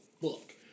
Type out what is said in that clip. book